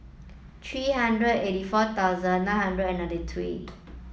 three hundred eighty four thousand nine hundred and ninety three